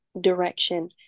direction